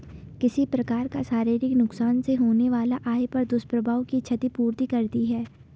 किसी प्रकार का शारीरिक नुकसान से होने वाला आय पर दुष्प्रभाव की क्षति पूर्ति करती है